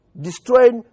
destroyed